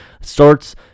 starts